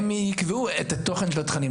הם יקבעו את התוכן והתכנים.